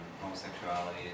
homosexuality